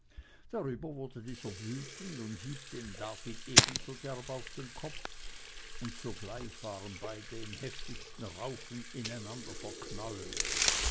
darüber wurde dieser wütend und hieb dem david ebenso derb auf den kopf und sogleich waren beide im heftigsten raufen ineinander verknäuelt